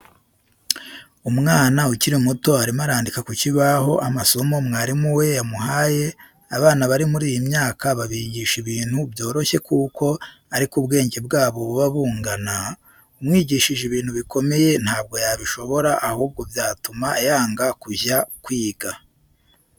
Umwana ukiri muto arimo arandika ku kibaho amasomo mwarimu we yamuhaye, abana bari muri iyi myaka babigisha ibintu byoroshye kuko ariko ubwenge bwabo buba bungana, umwigishije ibintu bikomeye ntabwo yabishobora ahubwo byatuma yanga kujya kwiga.